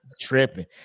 Tripping